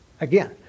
Again